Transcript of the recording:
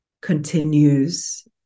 continues